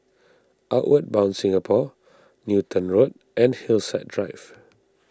Outward Bound Singapore Newton Road and Hillside Drive